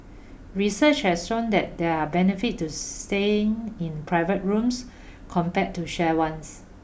research has shown that there are benefit to staying in private rooms compared to shared ones